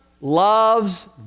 loves